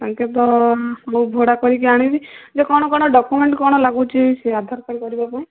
ତାଙ୍କେ ତ ହଉ ଭଡ଼ା କରିକି ଆଣିବି ଯେ କ'ଣ କ'ଣ ଡକ୍ୟୁମେଣ୍ଟ କ'ଣ ଲାଗୁଛି ସେ ଆଧାର୍ କାର୍ଡ଼ କରିବା ପାଇଁ